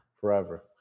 forever